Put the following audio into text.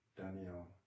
Daniel